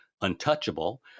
untouchable